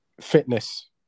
fitness